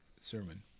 sermon